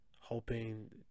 hoping